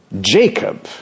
Jacob